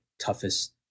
toughest